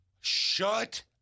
shut